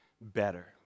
better